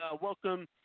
welcome